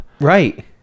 Right